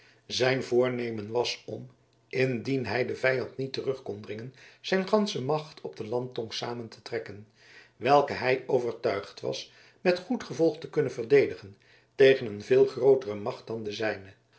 zijn voornemen was om indien hij den vijand niet terug kon dringen zijn gansche macht op de landtong samen te trekken welke hij overtuigd was met goed gevolg te kunnen verdedigen tegen een veel grootere macht dan de zijne